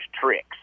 tricks